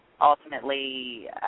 ultimately